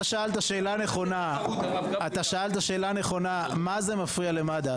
אתה שאלת שאלה נכונה מה זה מפריע למד"א,